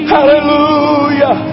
Hallelujah